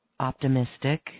optimistic